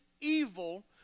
evil